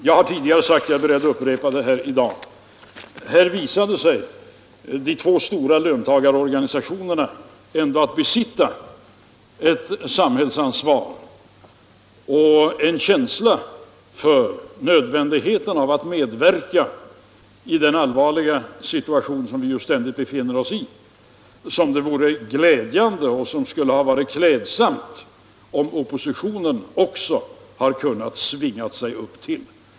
Jag har tidigare sagt och jag är beredd att upprepa det här i dag: Här visade sig de två stora löntagarorganisationerna besitta ett samhällsansvar och en känsla för nödvändigheten av att medverka i den allvarliga situation som vi ständigt befinner oss i, som det vore glädjande och dessutom klädsamt om oppositionen hade kunnat svinga sig upp till.